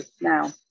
Now